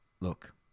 look